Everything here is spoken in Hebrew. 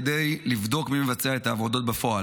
כדי לבדוק מי מבצע את העבודות בפועל.